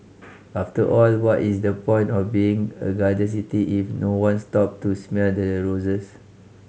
after all what is the point of being a garden city if no one stop to smell the roses